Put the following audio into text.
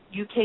UK